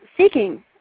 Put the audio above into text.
seeking